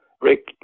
Rick